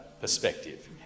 perspective